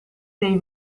dei